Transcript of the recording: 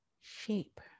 shape